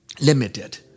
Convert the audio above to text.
limited